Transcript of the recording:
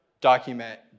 document